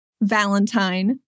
Valentine